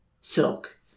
silk